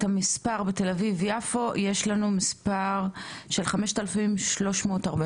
המספר בתל אביב-יפו יש לנו מספר של 5,347